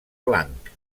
blanc